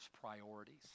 priorities